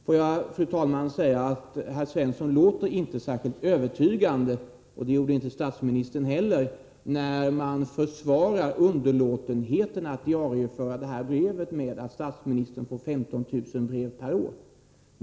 Låt mig också säga att herr Svensson inte låter särskilt övertygande — och det gjorde inte heller statsministern — när han försvarar underlåtenheten att diarieföra brevet med att statsministern får 15 000 brev per år.